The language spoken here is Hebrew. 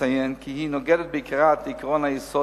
לציין כי היא נוגדת בעיקרה את עקרון היסוד